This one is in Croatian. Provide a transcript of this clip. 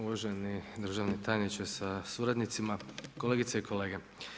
Uvaženi državni tajniče sa suradnicima, kolegice i kolege.